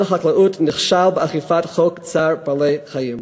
החקלאות נכשל באכיפת חוק צער בעלי-חיים.